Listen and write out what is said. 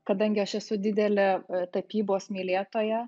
kadangi aš esu didelė tapybos mylėtoja